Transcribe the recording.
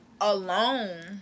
alone